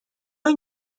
این